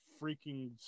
freaking